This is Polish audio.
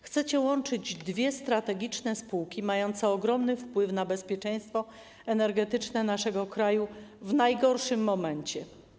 Chcecie łączyć dwie strategiczne spółki mające ogromny wpływ na bezpieczeństwo energetyczne naszego kraju w najgorszym momencie.